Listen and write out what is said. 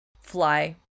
fly